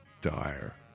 dire